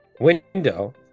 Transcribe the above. window